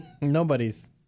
Nobody's